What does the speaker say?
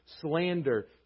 slander